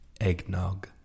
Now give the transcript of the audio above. Eggnog